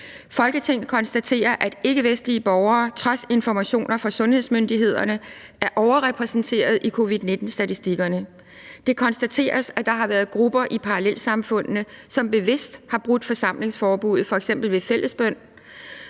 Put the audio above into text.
»Folketinget konstaterer, at ikkevestlige borgere trods informationer fra sundhedsmyndighederne er overrepræsenterede i covid-19-statistikkerne. Det konstateres, at der har været grupper i parallelsamfundene, som bevidst har brudt forsamlingsforbuddet, f.eks. ved fællesbøn.